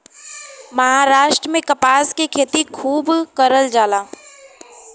महाराष्ट्र में कपास के खेती खूब करल जाला